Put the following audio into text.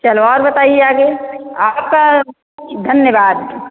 चलो और बताइए आगे आपका धन्यवाद